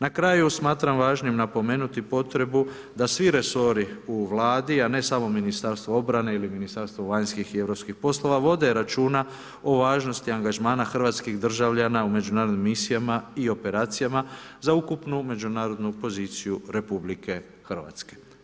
Na kraju smatram važnim napomenuti potrebu da svi resori u Vladi, a ne samo Ministarstvo obrane ili Ministarstvo vanjskih ili europskih poslova vode računa o važnosti angažmana hrvatskih državljana u međunarodnim misijama i operacijama za ukupnu međunarodnu poziciju Republike Hrvatske.